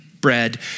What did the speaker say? bread